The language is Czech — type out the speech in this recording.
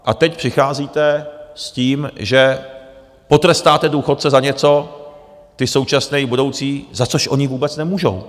A teď přicházíte s tím, že potrestáte důchodce za něco, ty současné i budoucí, za což oni vůbec nemůžou.